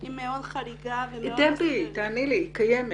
היא מאוד חריגה --- דבי, תעני לי, קיימת?